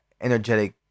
energetic